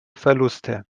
verluste